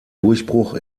durchbruch